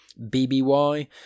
bby